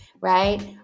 right